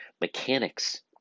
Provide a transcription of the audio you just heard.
mechanics